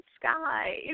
sky